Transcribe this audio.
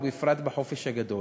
ובפרט בחופש הגדול,